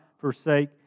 forsake